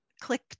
click